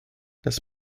das